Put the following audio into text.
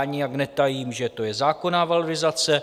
Nijak netajím, že to je zákonná valorizace.